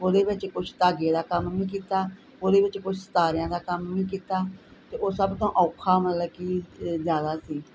ਉਹਦੇ ਵਿੱਚ ਕੁਛ ਤਾਂਗੇ ਦਾ ਕੰਮ ਵੀ ਕੀਤਾ ਉਹਦੇ ਵਿੱਚ ਕੁਛ ਸਤਾਰਿਆਂ ਦਾ ਕੰਮ ਵੀ ਕੀਤਾ ਅਤੇ ਉਹ ਸਭ ਤੋਂ ਔਖਾ ਮਤਲਬ ਕਿ ਜ਼ਿਆਦਾ ਸੀ